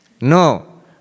no